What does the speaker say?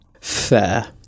Fair